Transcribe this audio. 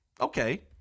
Okay